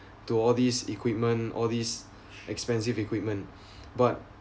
to all this equipment all these expensive equipment but